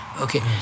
Okay